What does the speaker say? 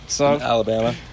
Alabama